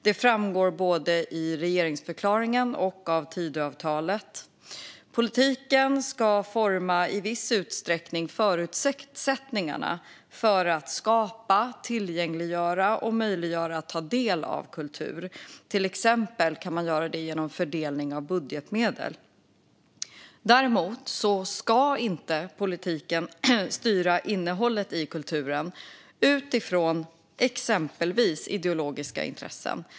Det framgår av både regeringsförklaringen och Tidöavtalet. Politiken formar i viss utsträckning förutsättningarna för att skapa, tillgängliggöra, möjliggöra och ta del av kultur, till exempel genom fördelning av budgetmedel. Däremot ska politiken inte styra innehållet i kulturen utifrån till exempel ideologiska intressen.